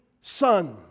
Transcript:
Son